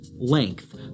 length